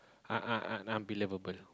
un~ un~ un~ unbelievable